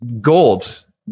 Gold